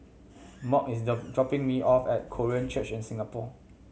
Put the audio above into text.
Mack is dropping me off at Korean Church in Singapore